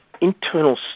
internal